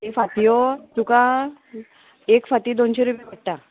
त्यो फातयो तुका एक फाती दोनशे रुपया पडटा